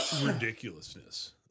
ridiculousness